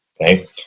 okay